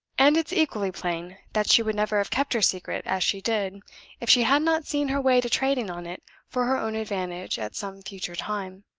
and it's equally plain that she would never have kept her secret as she did if she had not seen her way to trading on it for her own advantage at some future time.